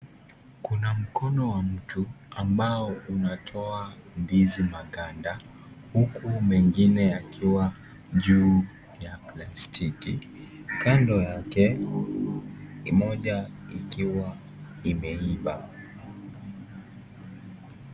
Kuna mkono wa mtu ambao unatoa ndizi maganda huku mengine yakiwa juu ya plastiki, kando yake moja ikiwa imeiva.